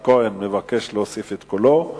אני קובע שהצעת חוק לתיקון פקודת התעבורה (מס' 94)